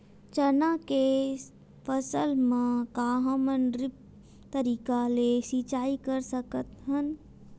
चना के फसल म का हमन ड्रिप तरीका ले सिचाई कर सकत हन?